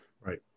Right